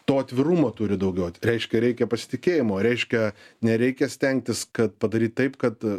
to atvirumo turi daugiau reiškia reikia pasitikėjimo reiškia nereikia stengtis kad padaryt taip kad